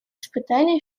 испытания